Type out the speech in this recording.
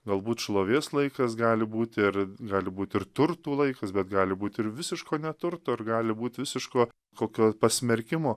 galbūt šlovės laikas gali būti ir gali būt ir turtų laikas bet gali būt ir visiško neturto ar gali būt visiško kokio pasmerkimo